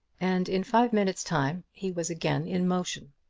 and in five minutes' time he was again in motion.